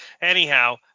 Anyhow